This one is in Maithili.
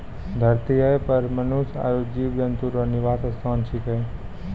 धरतीये पर मनुष्य आरु जीव जन्तु रो निवास स्थान छिकै